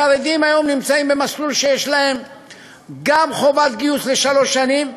החרדים היום נמצאים במסלול שיש גם להם חובת גיוס לשלוש שנים,